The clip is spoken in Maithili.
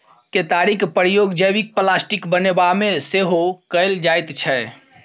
केतारीक प्रयोग जैबिक प्लास्टिक बनेबामे सेहो कएल जाइत छै